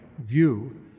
view